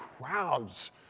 crowds